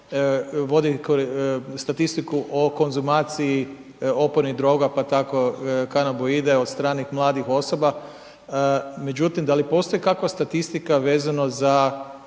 vodi statistiku o konzumaciji opojnih droga, pa tako kanaboide od stranih mladih osoba. Međutim, da li postoji kakva statistika vezano za